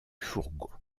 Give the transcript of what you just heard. fourgon